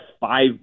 five